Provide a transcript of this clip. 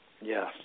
Yes